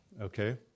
okay